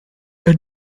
elle